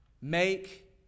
make